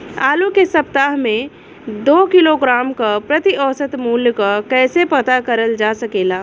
आलू के सप्ताह में दो किलोग्राम क प्रति औसत मूल्य क कैसे पता करल जा सकेला?